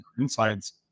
insights